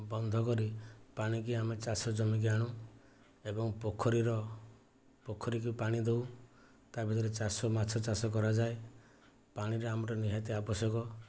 ବନ୍ଧ କରି ପାଣିକି ଆମେ ଚାଷ ଜମିକି ଆଣୁ ଏବଂ ପୋଖରୀର ପୋଖରୀକି ପାଣି ଦେଉ ତା ଭିତରେ ଚାଷ ମାଛଚାଷ କରାଯାଏ ପାଣିରେ ଆମର ନିହାତି ଆବଶ୍ୟକ